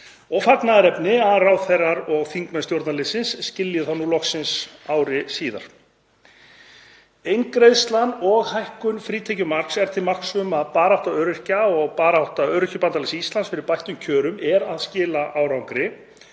er fagnaðarefni að ráðherrar og þingmenn stjórnarliðsins skilji það nú loksins ári síðar. Eingreiðslan og hækkun frítekjumarks er til marks um að barátta öryrkja og barátta Öryrkjabandalags Íslands fyrir bættum kjörum er að skila árangri